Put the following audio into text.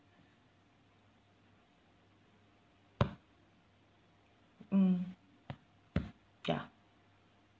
mm ya